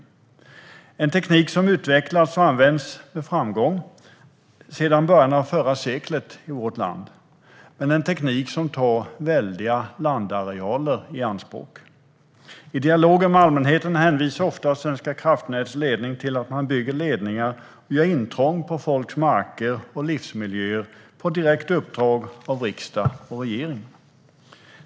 Det är en teknik som har utvecklats och använts med framgång sedan början av förra seklet i vårt land, men det är en teknik som tar väldiga landarealer i anspråk. I dialogen med allmänheten hänvisar ofta Svenska kraftnäts ledning till att man bygger ledningar och gör intrång på folks marker och livsmiljöer på direkt uppdrag av riksdag och regering.